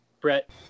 brett